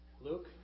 Luke